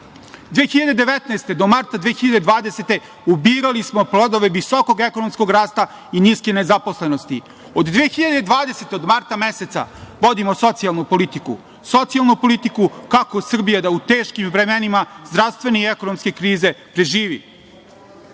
2019. do marta 2020. godine ubirali smo plodove visokog ekonomskog rasta i niske nezaposlenosti. Od 2020. godine od marta meseca vodimo socijalnu politiku kako da Srbija u teškim vremenima zdravstvene i ekonomske krize preživi. Nesporno